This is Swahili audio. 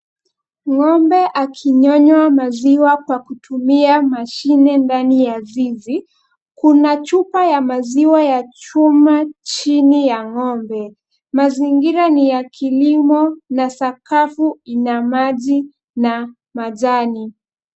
Ng'ombe akinyonywa maziwa kwa kutumia mashine ndani ya zizi, kuna chupa ya maziwa ya chuma chini ya ng'ombe. Mazingira ni ya kilimo, na sakafu ina maji na majani.